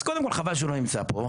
אז קודם כל, חבל שהוא לא נמצא פה.